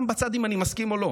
אני שם בצד אם אני מסכים או לא,